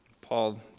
Paul